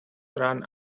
run